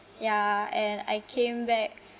ya and I came back